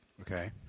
Okay